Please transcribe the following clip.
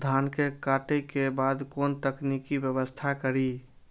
धान के काटे के बाद कोन तकनीकी व्यवस्था करी?